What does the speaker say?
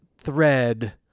Thread